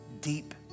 deep